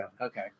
Okay